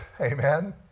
Amen